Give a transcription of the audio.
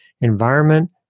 environment